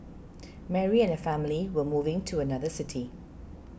Mary and her family were moving to another city